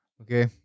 Okay